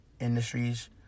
industries